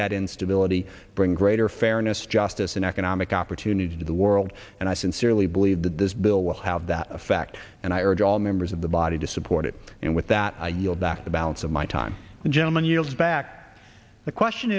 that instability bring greater fairness justice and economic opportunity to the world and i sincerely believe that this bill will have that effect and i urge all members of the body to support it and with that i yield back the balance of my time the gentleman yield back the question